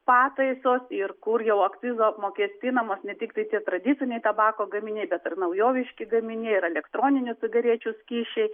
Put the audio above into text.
pataisos ir kur jau akcizo apmokestinamos ne tiktai tie tradiciniai tabako gaminiai bet ir naujoviški gaminiai ir elektroninių cigarečių skysčiai